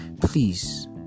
please